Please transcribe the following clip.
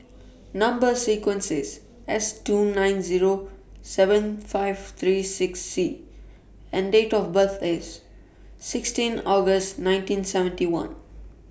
Number sequence IS S two nine Zero seven five three six C and Date of birth IS sixteen August nineteen seventy one